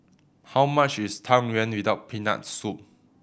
how much is Tang Yuen without Peanut Soup